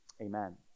Amen